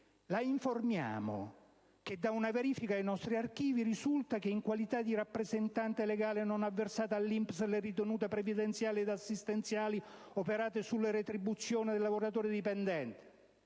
«La informiamo che da una verifica dei nostri archivi, risulta che in qualità di rappresentante legale, non ha versato all'Inps le ritenute previdenziali ed assistenziali operate sulle retribuzioni dei lavoratori dipendenti